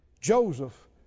Joseph